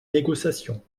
négociations